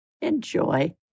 Enjoy